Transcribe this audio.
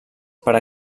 per